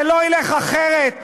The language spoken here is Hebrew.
זה לא ילך אחרת,